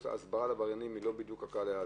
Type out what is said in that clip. והסברה לעבריינים זה לא בדיוק קהל יעד,